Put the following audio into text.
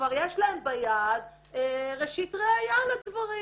וכבר יש להן ביד ראשית ראיה לדברים.